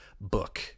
book